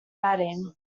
batting